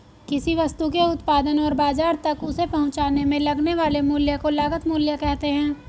किसी वस्तु के उत्पादन और बाजार तक उसे पहुंचाने में लगने वाले मूल्य को लागत मूल्य कहते हैं